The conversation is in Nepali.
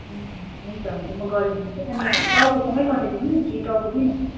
ए हुन्छ हुन्छ म गरिदिन्छु अनि टाउकोसँगै पठाइदिनु कि टाउकोबिना